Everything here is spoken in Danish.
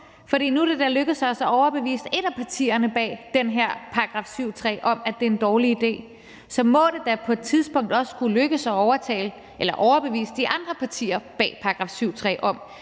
for nu er det da lykkedes os at overbevise et af partierne bag den her § 7, stk. 3, om, at det er en dårlig idé. Så må det da også på et tidspunkt kunne lykkes os at overbevise de andre partier bag § 7, stk. 3, om,